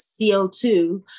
CO2